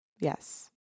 Yes